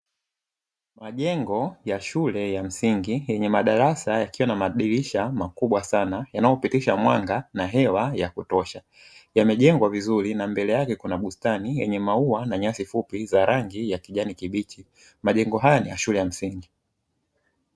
Majengo ya shule ya msingi, yenye madarasa yakiwa na madirisha makubwa sana, yanayopitisha mwanga na hewa yakutosha. Yamejengwa vizuri na mbele yake kuna bustani yenye maua na nyasi fupi za rangi ya kijani kibichi. Majengo haya ni ya shule ya msingi.